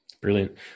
Brilliant